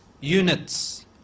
units